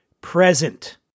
present